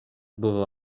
bovo